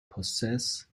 possess